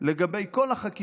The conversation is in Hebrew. על כל החקיקה,